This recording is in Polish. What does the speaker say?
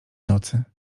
nocy